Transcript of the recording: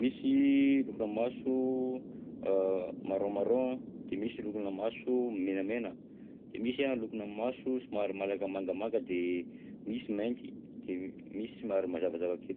misy lokona maso a marron marron, de misy lokona maso menamena, de misy lokona maso somary malaka mangamanga de misy mainty, de misy somary mazavazava kely.